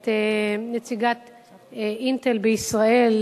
את נציגת "אינטל" בישראל,